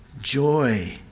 joy